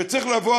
שצריך לבוא,